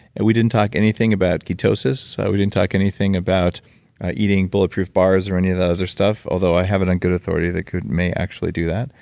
and we didn't talk anything about ketosis. we didn't talk anything about eating bulletproof bars or any that other stuff although i have it on good authority that kute may actually do that.